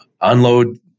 unload